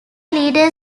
leader